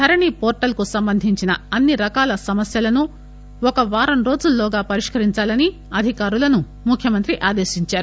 ధరణి portal కు సంబంధించిన అన్ని రకాల సమస్యలను ఒక వారం రోజుల్లోగా పరిష్కరించాలని అధికారులను ముఖ్యమంత్రి ఆదేశించారు